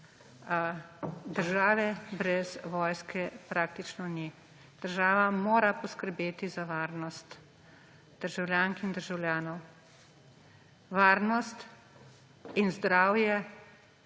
Države brez vojske praktično ni. Država mora poskrbeti za varnost državljank in državljanov. Varnost in zdravje